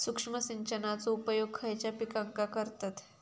सूक्ष्म सिंचनाचो उपयोग खयच्या पिकांका करतत?